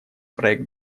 проект